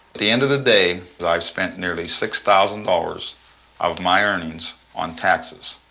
the end of the day that i spend nearly six thousand dollars of my earnings on taxes.